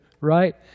right